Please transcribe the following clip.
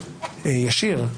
אגב,